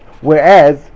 Whereas